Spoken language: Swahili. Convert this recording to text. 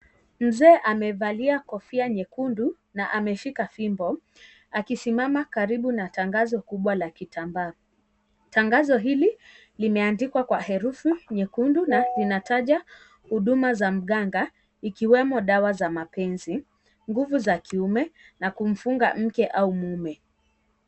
Mzee amevalia kofia nyekundu na ameshika fimbo akisimama karibu na tangazo kubwa la kitambaa, tangazo hili limeandikwa kwa herufi nyekundu na linataja huduma za mganga ikiwemo dawa za mapenzi, nguvu za kiume na kumfunga mke au mume.